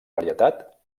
varietat